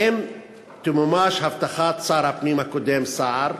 1. האם תמומש הבטחת שר הפנים הקודם סער?